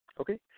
Okay